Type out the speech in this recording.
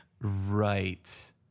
Right